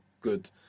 Good